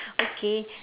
okay